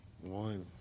One